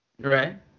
Right